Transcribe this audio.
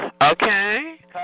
Okay